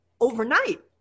overnight